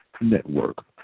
Network